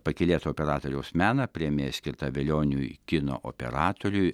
pakylėtą operatoriaus meną premija skirta velioniui kino operatoriui